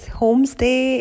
homestay